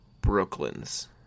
Brooklyn's